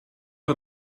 her